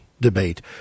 debate